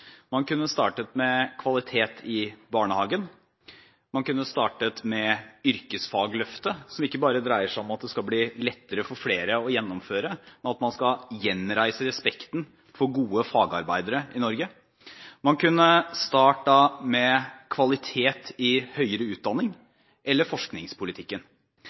Man kunne startet med kvalitet i barnehagen. Man kunne startet med yrkesfagløftet, som ikke bare dreier seg om at det skal bli lettere for flere å gjennomføre, men at man skal gjenreise respekten for gode fagarbeidere i Norge. Man kunne startet med kvalitet i høyere utdanning eller med forskningspolitikken.